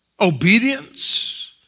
Obedience